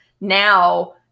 now